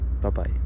Bye-bye